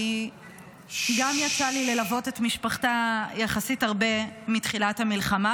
כי גם יצא לי ללוות את משפחתה יחסית הרבה מתחילת המלחמה,